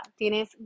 Tienes